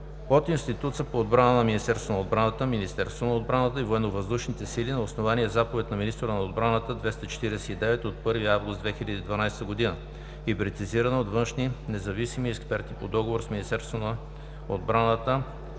на Министерството на отбраната, Министерството на отбраната и ВВС на основание Заповед на министъра на отбраната, № Р-249 от 1 август 2012 г., и прецизирана от външни независими експерти по договор с Министерството на отбраната,